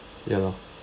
ya lor